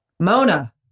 Mona